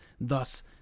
thus